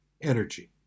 energy